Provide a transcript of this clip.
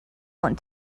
want